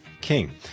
King